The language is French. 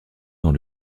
dans